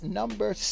number